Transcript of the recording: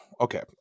Okay